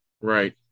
Right